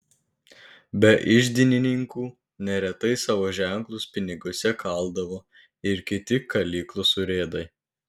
be iždininkų neretai savo ženklus piniguose kaldavo ir kiti kalyklos urėdai